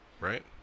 Right